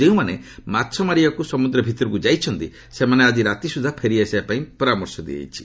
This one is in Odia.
ଯେଉଁମାନେ ମାଛ ମାରିବାକୁ ସମୁଦ୍ର ଭିତରକୁ ଯାଇଛନ୍ତି ସେମାନେ ଆଜି ରାତି ସୁଦ୍ଧା ଫେରି ଆସିବା ପାଇଁ ପରାମର୍ଶ ଦିଆଯାଇଛି